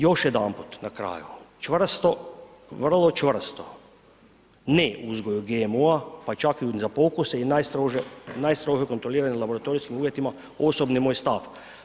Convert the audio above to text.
Još jedanput, na kraju, čvrsto, vrlo čvrsto ne uzgoju GMO-a, pa čak niti za pokuse i najstrože kontroliranje u laboratorijskim uvjetima, osobni moj stav.